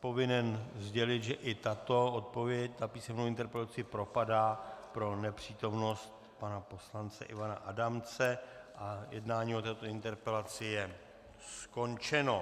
povinen sdělit, že i tato odpověď na písemnou interpelaci propadá pro nepřítomnost pana poslance Ivana Adamce a jednání o této interpelaci je skončeno.